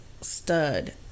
stud